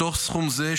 מתוך סכום זה,